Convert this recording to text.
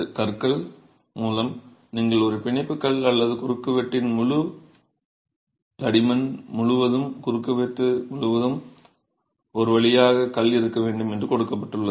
கற்கள் மூலம் நீங்கள் ஒரு பிணைப்புக் கல் அல்லது குறுக்குவெட்டின் முழு தடிமன் முழுவதும் குறுக்குவெட்டு முழுவதும் ஒரு வழியாக கல் இருக்க வேண்டும் என்று கொடுக்கப்பட்டுள்ளது